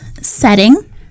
setting